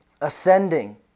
ascending